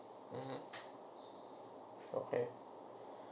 mmhmm okay